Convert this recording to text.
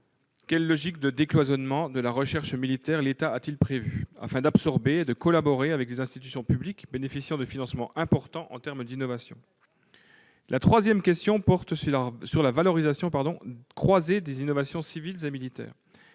quelle logique de décloisonnement de la recherche militaire l'État a-t-il prévu afin d'absorber et de collaborer avec les institutions publiques bénéficiant de financements importants en termes d'innovation ? La troisième question porte sur la valorisation croisée des innovations civiles et militaires.